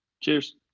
Cheers